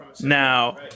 Now